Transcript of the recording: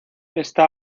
esta